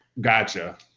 Gotcha